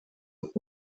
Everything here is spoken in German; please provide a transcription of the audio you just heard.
und